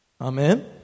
Amen